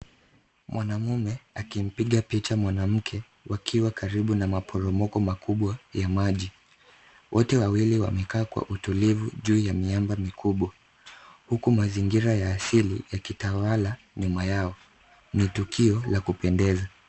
Mwanaume akimpiga picha mwanamke wakiwa karibu na maporomoko makubwa ya maji. Wote wawili wamekaa kwa utulivu juu ya miamba mikubwa, huku mazingira ya asili yakitawala nyuma yao. Ni tukio la kupendeza.